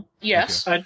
Yes